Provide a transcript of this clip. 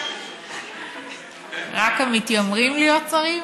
רק המתיימרים להיות שרים?